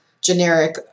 generic